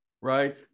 right